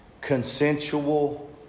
consensual